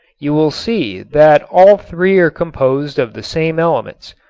you will see that all three are composed of the same elements,